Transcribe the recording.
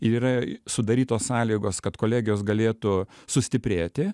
yra sudarytos sąlygos kad kolegijos galėtų sustiprėti